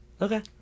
Okay